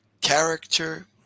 character